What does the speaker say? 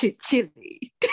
Chili